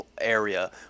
Area